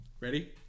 ready